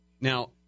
Now